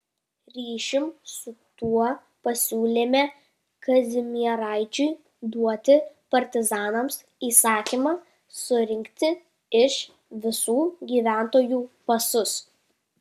ryšium su tuo pasiūlėme kazimieraičiui duoti partizanams įsakymą surinkti iš visų gyventojų pasus